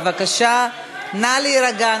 בבקשה, נא להירגע.